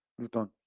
Luton